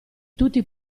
tutti